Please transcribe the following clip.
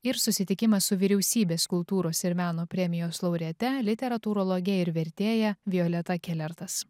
ir susitikimas su vyriausybės kultūros ir meno premijos laureate literatūrologe ir vertėja violeta kelertas